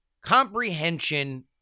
Comprehension